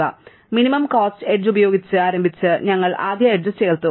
അതിനാൽ minimum cost edge ഉപയോഗിച്ച് ആരംഭിച്ച് ഞങ്ങൾ ആദ്യ എഡ്ജ് ചേർത്തു